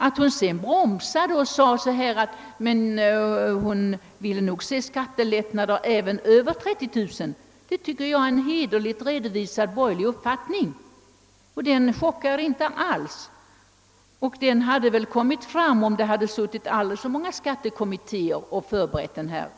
Att hon sedan sade att hon ville ha skattelättnader även för inkomsttagare med över 30 000 kronor i inkomst tycker jag är en hederligt redovisad borgerlig uppfattning. Den chockar inte alls, och den hade väl kommit fram även om aldrig så många skattekommittéer hade förberett reformen.